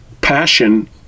passion